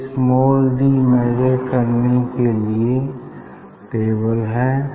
ये small D measure करने के लिए टेबल है